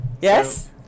Yes